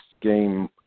game